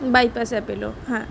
bypass Apollo হ্যাঁ